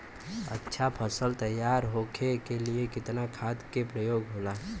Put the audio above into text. अच्छा फसल तैयार होके के लिए कितना खाद के प्रयोग होला?